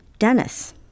Dennis